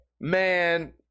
man